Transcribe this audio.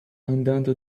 andando